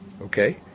Okay